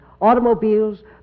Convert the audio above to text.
automobiles